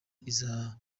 iza